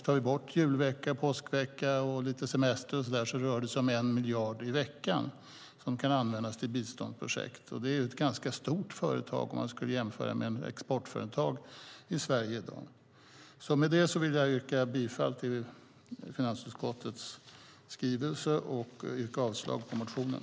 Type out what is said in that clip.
Tar vi bort julvecka, påskvecka och lite semester rör det sig om en miljard i veckan som kan användas till biståndsprojekt, och det är ett ganska stort företag i jämförelse med ett exportföretag i Sverige i dag. Med det yrkar jag bifall till finansutskottets förslag och avslag på motionen.